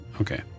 Okay